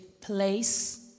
place